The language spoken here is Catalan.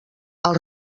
els